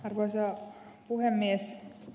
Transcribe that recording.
arvoisa puhemies